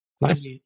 Nice